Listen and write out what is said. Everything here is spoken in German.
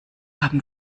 haben